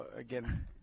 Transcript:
again